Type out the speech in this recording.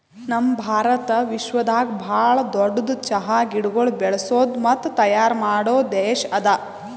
ನಮ್ ಭಾರತ ವಿಶ್ವದಾಗ್ ಭಾಳ ದೊಡ್ಡುದ್ ಚಹಾ ಗಿಡಗೊಳ್ ಬೆಳಸದ್ ಮತ್ತ ತೈಯಾರ್ ಮಾಡೋ ದೇಶ ಅದಾ